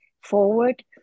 forward